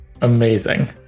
Amazing